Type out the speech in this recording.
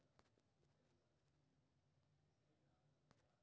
संपूर्ण लाभ कोनो परिसंपत्ति आ फोर्टफोलियो कें भेल लाभ अथवा हानि कें नापै छै